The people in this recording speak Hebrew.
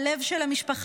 הלב של המשפחה,